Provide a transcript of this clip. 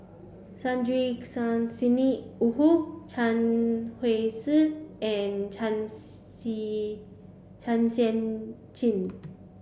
Sidney Woodhull Chen Wen Hsi and Chua Si Chua Sian Chin